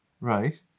right